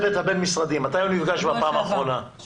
מתי נפגש לאחרונה הצוות הבין-משרדי?